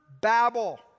Babel